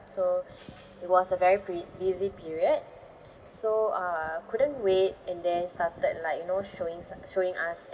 so it was a very pre~ busy period so uh I couldn't wait and then started like you know showing so~ showing us